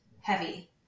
heavy